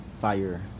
Fire